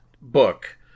book